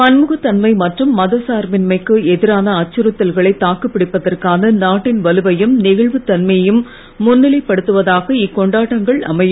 பன்முகத்தன்மை மற்றும் மத சார்பின்மைக்கு எதிரான அச்சுறுத்தல்களை தாக்குப் பிடிப்பதற்கானஎ நாட்டின் வலுவையும் நெகிழ்வுத் தன்மையையும் முன்னிலைப் படுத்துவதாக இக்கொண்டாட்டங்கள் அமையும்